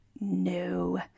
No